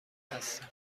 هستم